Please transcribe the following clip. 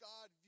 God